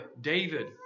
David